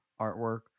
artwork